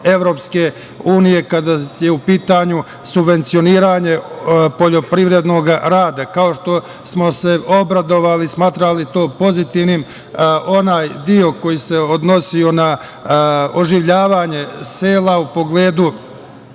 Evropske unije kada je u pitanju subvencioniranje poljoprivrednog rada. Kao što smo se obradovali, smatrali to pozitivnim onaj deo koji se odnosio na oživljavanje sela u pogledu